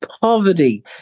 poverty